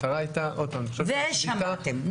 ושמעתם.